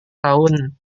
tahun